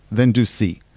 then do c.